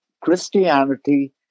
Christianity